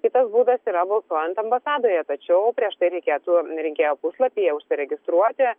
kitas būdas yra balsuojant ambasadoje tačiau prieš tai reikėtų rinkėjo puslapyje užsiregistruoti